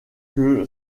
que